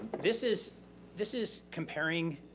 this is this is comparing,